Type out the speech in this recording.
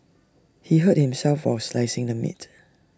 he hurt himself while slicing the meat